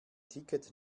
ticket